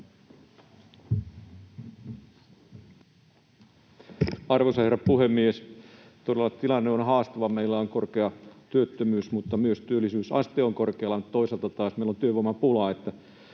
Arvoisa herra puhemies! Todella tilanne on haastava: meillä on korkea työttömyys, mutta myös työllisyysaste on korkealla, toisaalta taas meillä on työvoimapulaa,